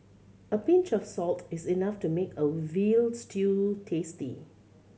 a pinch of salt is enough to make a veal stew tasty